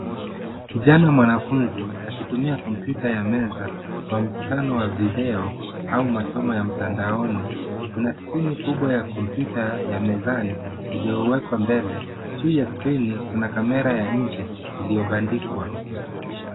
Kijana mwanafunzi, akitumia kompyuta ya meza kwa mkutano wa video au masomo ya mtandaoni. Kuna skrini ya kompyuta ya mezani iliyowekwa mbele. Juu ya skrini, kuna kamera ya nje iliyobandikwa.